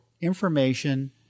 information